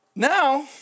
Now